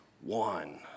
one